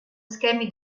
schemi